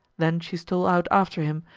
then she stole out after him,